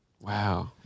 Wow